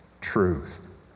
truth